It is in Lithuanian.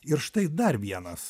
ir štai dar vienas